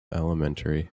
elementary